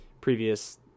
previous